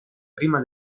prima